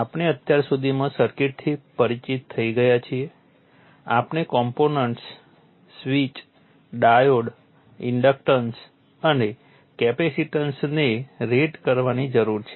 આપણે અત્યાર સુધીમાં સર્કિટથી પરિચિત થઈ ગયા છીએ આપણે કોમ્પોનન્ટ્સ સ્વીચ ડાયોડ ઇન્ડક્ટન્સ અને કેપેસિટન્સ ને રેટ કરવાની જરૂર છે